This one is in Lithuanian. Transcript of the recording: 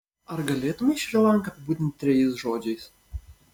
ar galėtumei šri lanką apibūdinti trejais žodžiais